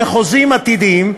בחוזים עתידיים,